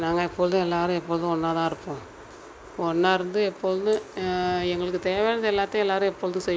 நாங்கள் எப்பொழுதும் எல்லோரும் எப்பொழுதும் ஒன்றா தான் இருப்போம் ஒன்றா இருந்து எப்போதுமே எங்களுக்கு தேவையானது எல்லாத்தையும் எல்லோரும் எப்பொழுதும் செய்